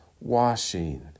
washing